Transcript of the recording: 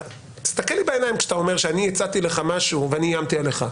תסתכל לי בעיניים כשאתה אומר שאני הצעתי לך משהו ואני איימתי עליך,